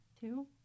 two